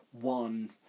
one